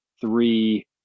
three